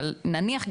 אבל נניח,